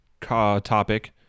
topic